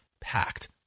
Packed